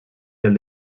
del